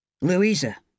Louisa